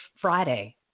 Friday